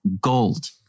gold